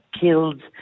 killed